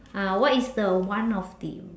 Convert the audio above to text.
ah what is the one of the